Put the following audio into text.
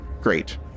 Great